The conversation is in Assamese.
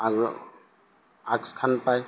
আগ্র আগ স্থান পায়